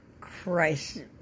Christ